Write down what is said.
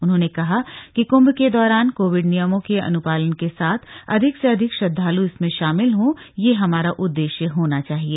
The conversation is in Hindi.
उन्होंने कहा कि कुम्भ के दौरान कोविड नियमों के अनुपालन के साथ अधिक से अधिक श्रद्वालु इसमें शामिल हों यह हमारा उद्देश्य होना चाहिए